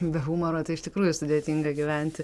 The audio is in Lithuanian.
be humoro tai iš tikrųjų sudėtinga gyventi